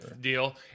deal